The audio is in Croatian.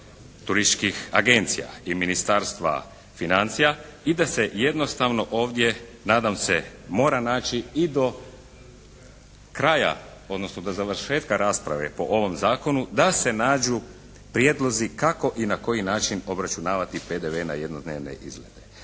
turističkih agencija i Ministarstva financija i da se jednostavno ovdje nadam se mora naći i do kraja odnosno do završetka rasprave po ovom zakonu da se nađu prijedlozi kako i na koji način obračunavati PDV na jednodnevne izlete.